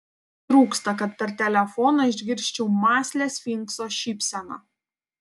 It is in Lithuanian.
rodos nedaug trūksta kad per telefoną išgirsčiau mąslią sfinkso šypseną